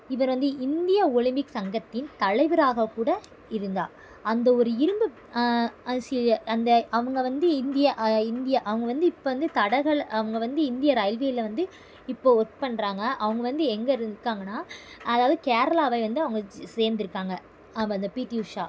இவர் வந்து India Olympic சங்கத்தின் தலைவராகக் கூட இருந்தார் அந்த ஒரு இருந்து அது சில அந்த அவங்க வந்து இந்தியா இந்தியா அவங்க வந்து இப்போ வந்து தடகள அவங்க வந்து இந்திய ரயில்வேயில வந்து இப்போது ஒர்க் பண்ணுறாங்க அவங்க வந்து எங்கே இருக்காங்கன்னால் அதாவது கேரளாவை வந்து அவங்க சே சேர்ந்துருக்காங்க ஆமாம் அந்த பிடி உஷா